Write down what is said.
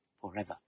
forever